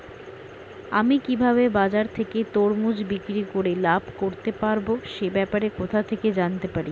আমি কিভাবে বাজার থেকে তরমুজ বিক্রি করে লাভ করতে পারব সে ব্যাপারে কোথা থেকে জানতে পারি?